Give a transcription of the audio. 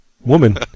woman